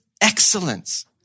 excellence